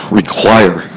require